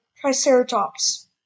Triceratops